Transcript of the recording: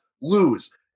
lose